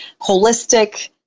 holistic